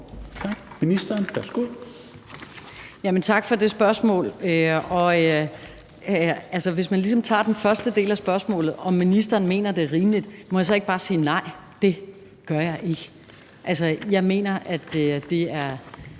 Tak for det spørgsmål. Hvis man ligesom tager den første del af spørgsmålet, om ministeren mener, det er rimeligt, må jeg så ikke bare sige: Nej, det gør jeg ikke! Altså, jeg mener, det er